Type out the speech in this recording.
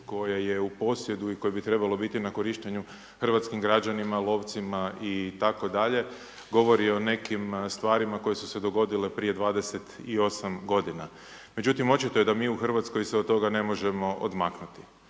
koje je u posjedu i koje bi trebalo biti na korištenju hrvatskim građanima lovcima itd. govori o nekim stvarima koje su se dogodile prije 28 godina. Međutim, očito je da mi u Hrvatskoj se od toga ne možemo odmaknuti.